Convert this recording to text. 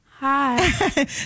Hi